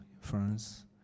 France